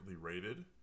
rated